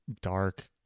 dark